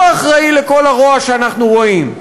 הוא האחראי לכל הרוע שאנחנו רואים.